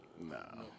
no